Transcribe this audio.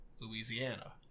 Louisiana